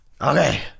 Okay